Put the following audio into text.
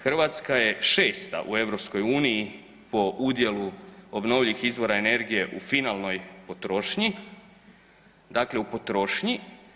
Hrvatska je šesta u EU po udjelu obnovljivih izvora energije u finalnoj potrošnji, dakle u potrošnji.